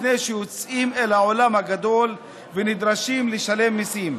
לפני שיוצאים אל העולם הגדול ונדרשים לשלם מיסים.